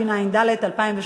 התשע"ד 2013,